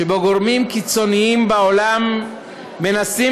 שבהם גורמים קיצוניים בעולם מנסים